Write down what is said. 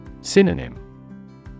Synonym